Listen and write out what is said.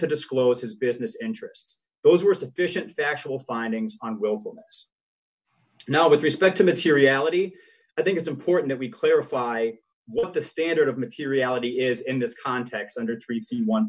to disclose his business interests those were sufficient factual findings on twelve now with respect to materiality i think it's important we clarify what the standard of materiality is in this context under three c one